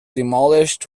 demolished